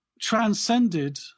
transcended